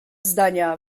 zdania